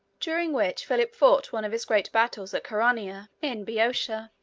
during which philip fought one of his great battles at chaeronea, in boeotia.